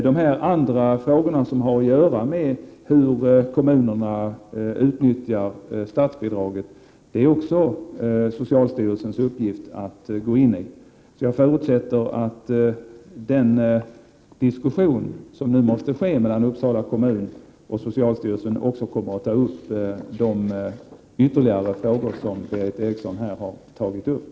De andra frågorna, som har att göra med hur kommunerna utnyttjar statsbidraget, är det också socialstyrelsens uppgift att gå in i. Jag förutsätter att den diskussion som nu måste ske mellan Uppsala kommun och socialstyrelsen också kommer att inrymma de ytterligare frågor som Berith Eriksson här har tagit upp.